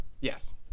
Yes